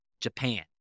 Japan